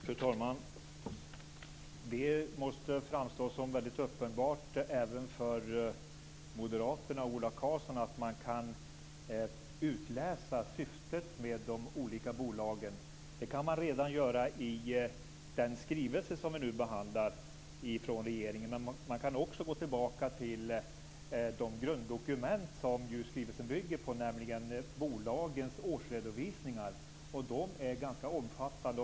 Fru talman! Det måste framstå som uppenbart, även för moderaterna och Ola Karlsson, att man kan utläsa syftet med de olika bolagen redan i den skrivelse från regeringen som vi nu behandlar. Man kan också gå tillbaka till de grunddokument som skrivelsen bygger på, nämligen bolagens årsredovisningar. Dessa är ganska omfattande.